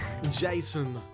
Jason